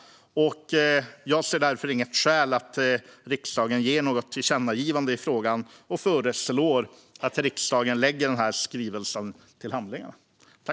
Jag ser därför inget skäl att riksdagen ger något tillkännagivande i frågan och föreslår att riksdagen lägger skrivelsen till handlingarna.